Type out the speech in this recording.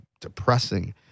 depressing